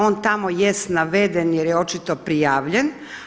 On tamo jest naveden jer je očito prijavljen.